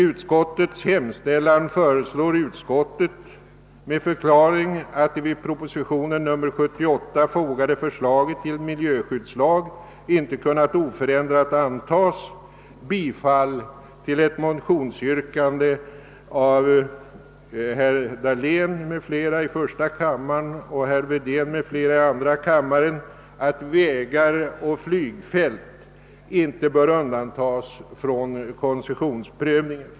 Under mom. A föreslår utskottet, med förklaring att det vid propositionen 48 fogade förslaget till miljöskyddslag inte kunnat oförändrat antagas, bifall till ett motionsyrkande av herr Dahlén m.fl. i första kammaren och herr Wedén m.fl. i andra kammaren att vägar och flygfält inte bör undantagas från koncessionsprövning.